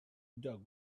dog